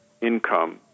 income